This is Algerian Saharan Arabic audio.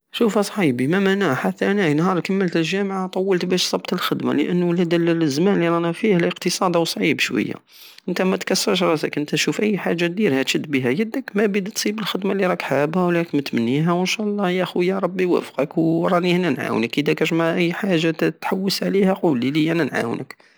شوف اصحيبي مام انا حتا انا نهار كملت الجامعة طولت بش صبت الخدمة لانو هاد الزمان ليورانا فيه الاقتصاد راهو صعيب شوية نتا متكسرش راسك نتا شوف اي حاجة ديرها تشد بيها يدك مابيد تصيب الخدمة الي راك حابها ولب راك متمنيها انشالله ياخويا ربي يوفقك وراني هنا نعاونك ادا كشما اي حاجة تحوس عليها قولي ليا انا نعاونك